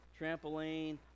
trampoline